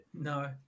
No